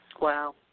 Wow